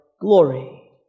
glory